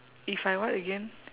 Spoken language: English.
if I what again